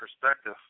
perspective